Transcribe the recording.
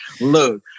Look